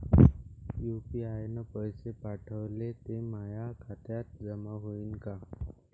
UPI न पैसे पाठवले, ते माया खात्यात जमा होईन का?